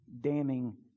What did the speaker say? damning